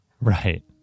Right